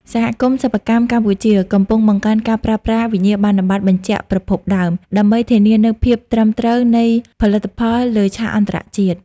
សហគមន៍សិប្បកម្មកម្ពុជាកំពុងបង្កើនការប្រើប្រាស់វិញ្ញាបនបត្របញ្ជាក់ប្រភពដើម ដើម្បីធានានូវភាពត្រឹមត្រូវនៃផលិតផលលើឆាកអន្តរជាតិ។